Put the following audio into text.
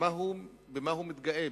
במה הוא מתגאה?